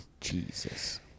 Jesus